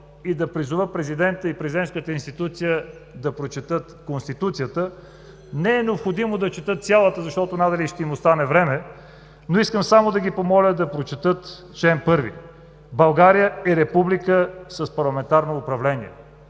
и да призова президента и президентската институция да прочетат Конституцията. Не е необходимо да я четат цялата, защото надали ще имат време, но искам само да ги помоля да прочетат чл. 1: „България е република с парламентарно управление“.